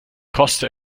koste